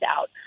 out